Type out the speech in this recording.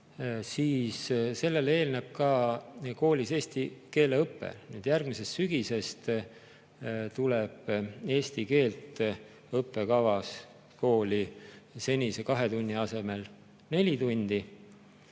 siis sellele eelneb ka koolis eesti keele õpe. Järgmisest sügisest tuleb eesti keelt kooli õppekavasse senise kahe tunni asemel neli tundi.